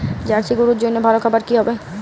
Jersey গরুর জন্য ভালো খাবার কি হবে?